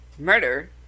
murder